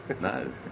No